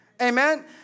Amen